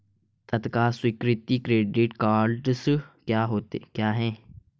तत्काल स्वीकृति credit cards क्या हैं?